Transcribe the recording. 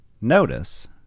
notice